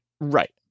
Right